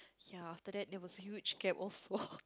ya after that there was a huge gap of